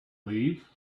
leave